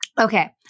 Okay